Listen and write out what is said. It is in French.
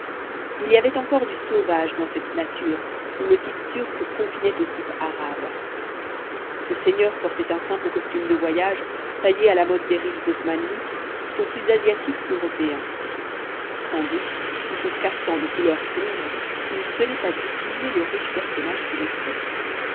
il y avait encore du sauvage dans cette nature où le type turc confinait au type arabe ce seigneur portait un simple costume de voyage taillé à la mode des riches osmanlis qui sont plus asiatiques qu'européens sans doute sous son cafetan de couleur sombre il tenait à dissimuler le riche personnage qu'il était